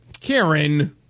Karen